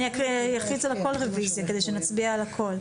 אני אחליט על הכל רביזיה, כדי שנצביע על הכל.